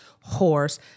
horse